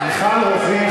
מיכל רוזין,